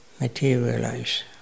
materialize